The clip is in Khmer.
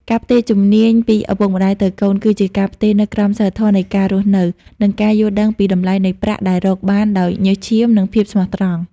ការផ្ទេរជំនាញពីឪពុកម្ដាយទៅកូន គឺជាការផ្ទេរនូវក្រមសីលធម៌នៃការរស់នៅ និងការយល់ដឹងពីតម្លៃនៃប្រាក់ដែលរកបានដោយញើសឈាម និងភាពស្មោះត្រង់។